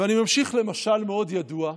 ואני ממשיך במשל מאוד ידוע שאתה,